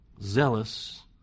Zealous